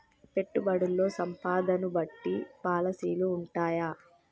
పెట్టుబడుల్లో సంపదను బట్టి పాలసీలు ఉంటయా?